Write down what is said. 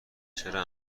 چرا